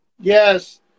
Yes